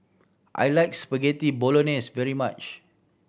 I like Spaghetti Bolognese very much